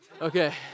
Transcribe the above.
Okay